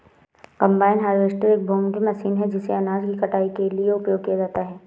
combine harvester एक बहुमुखी machine है जिसे अनाज की कटाई के लिए उपयोग किया जाता है